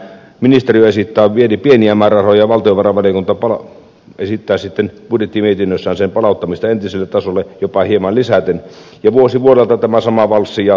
ministeriö esittää pieniä määrärahoja ja valtiovarainvaliokunta esittää sitten budjettimietinnössään niiden palauttamista entiselle tasolle jopa hieman lisäten ja vuosi vuodelta tämä sama valssi jatkuu